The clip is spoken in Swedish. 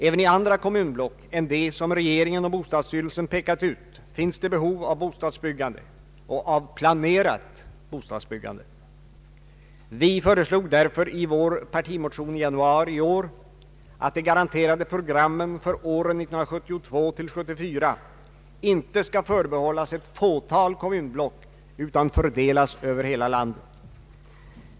även i andra kommunblock än de som regeringen och bostadsstyrelsen pekat ut finns det behov av bostadsbyggande och av planerat bostadsbyggande. Vi föreslog därför i vår partimotion i januari i år att de garanterade programmen för åren 1972—1974 inte skall förbehållas ett fåtal kommunblock utan fördelas över hela landet.